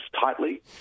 tightly